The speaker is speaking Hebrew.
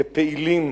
כפעילים,